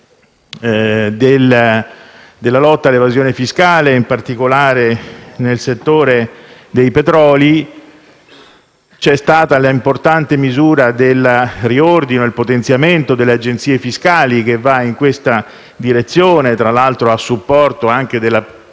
della lotta all'evasione fiscale, in particolare nel settore dei petroli. C'è stata l'importante misura del riordino e potenziamento delle agenzie fiscali che va in questa direzione, tra l'altro anche a supporto di una delle più